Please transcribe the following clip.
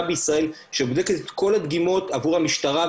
בישראל שבודקת את כל הדגימות עבור המשטרה,